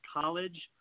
college